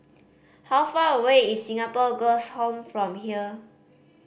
how far away is Singapore Girls' Home from here